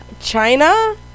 China